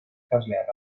ikasleak